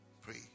Pray